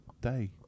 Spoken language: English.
day